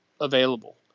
available